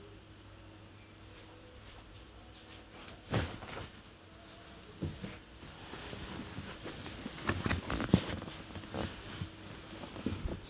hmm